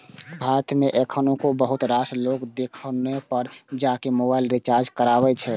भारत मे एखनो बहुत रास लोग दोकाने पर जाके मोबाइल रिचार्ज कराबै छै